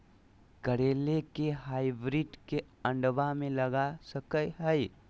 करेला के हाइब्रिड के ठंडवा मे लगा सकय हैय?